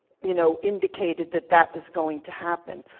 you know, indicated that that is going to happen.